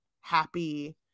happy